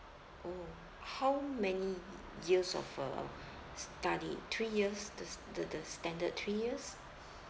oh how many years of uh study three years the s~ the the standard three years